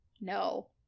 No